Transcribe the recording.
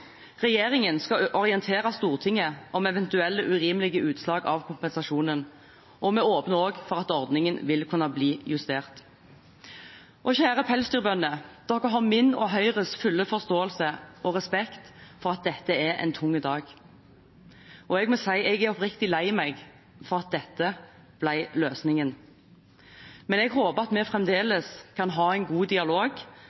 Regjeringen skal orientere Stortinget om eventuelle urimelige utslag av kompensasjonen, og vi åpner også for at ordningen vil kunne bli justert. Kjære pelsdyrbønder, dere har min og Høyres fulle forståelse og respekt for at dette er en tung dag. Jeg må si jeg er oppriktig lei meg for at dette ble løsningen, men jeg håper at vi